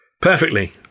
Perfectly